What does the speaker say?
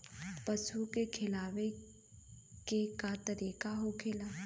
पशुओं के खिलावे के का तरीका होखेला?